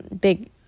big